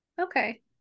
Okay